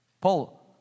Paul